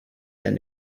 been